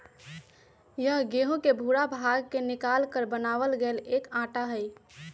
यह गेहूं के भूरा भाग के निकालकर बनावल गैल एक आटा हई